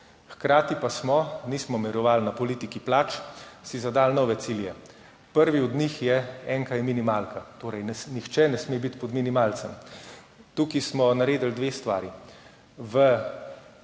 Hkrati pa smo – nismo mirovali na politiki plač – si zadali nove cilje. Prvi od njih je Enka je minimalka, torej nihče ne sme biti pod minimalcem. Tukaj smo naredili dve stvari.